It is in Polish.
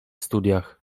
studiach